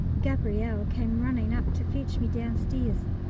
gabrielle came running up to fetch me downstairs.